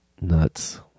nuts